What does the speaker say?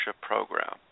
Program